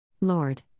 Lord